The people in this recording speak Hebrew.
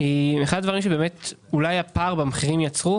אחד הדברים שאולי אולי הפער במחירים יצר,